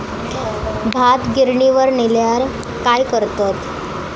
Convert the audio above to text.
भात गिर्निवर नेल्यार काय करतत?